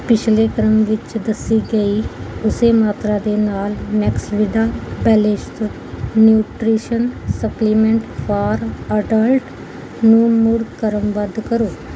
ਪਿਛਲੇ ਕ੍ਰਮ ਵਿੱਚ ਦੱਸੀ ਗਈ ਉਸੇ ਮਾਤਰਾ ਦੇ ਨਾਲ Maxvida balanced nutrition supplement for adult ਨੂੰ ਮੁੜ ਕ੍ਰਮਬੱਧ ਕਰੋ